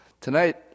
Tonight